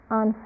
on